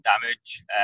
damage